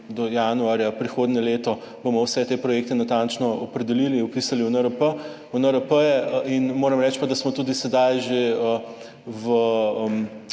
do januarja prihodnje leto bomo vse te projekte natančno opredelili, vpisali v NRP-je. Moram reči, da smo pa tudi sedaj že v